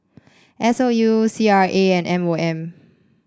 S O U C R A and M O M